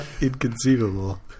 inconceivable